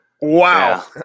Wow